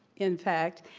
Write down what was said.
in fact,